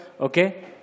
Okay